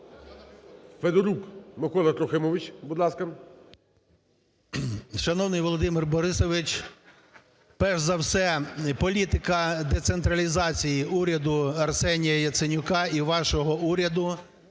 Федорук Микола Трохимович, будь ласка. 11:10:45 ФЕДОРУК М.Т. Шановний Володимир Борисович, перш за все, політика децентралізації уряду Арсенія Яценюка і вашого уряду